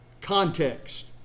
context